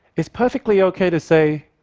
it's perfectly ok to say,